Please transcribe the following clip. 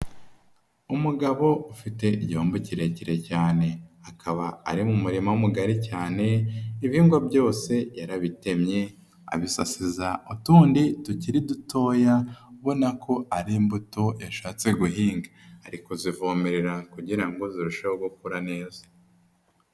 Umugabo ufite igihombo kirekire cyane. Akaba ari mu murima mugari cyane, ibihingwa byose yarabitemye, abisaza utundi tukiri dutoya, ubona ko ari imbuto yashatse guhinga. Ari kuzivomerera kugira ngo zirusheho gukora neza.